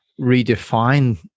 redefine